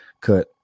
cut